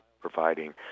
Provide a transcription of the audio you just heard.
providing